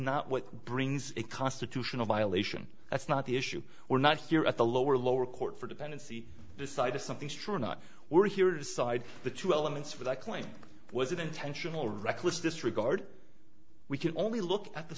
not what brings a constitutional violation that's not the issue or not here at the lower lower court for dependency decided something strong not we're here to decide the two elements for that claim was an intentional reckless disregard we can only look at the